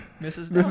mrs